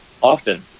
often